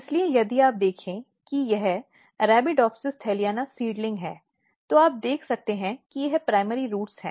इसलिए यदि आप देखें कि यह अरेबिडोप्सिस थालियाना बीजारोपण है तो आप देख सकते हैं कि यह प्राइमरी रूट्स है